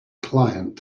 client